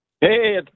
hey